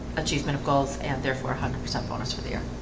achievement of goals and therefore a hundred percent bonus for the earth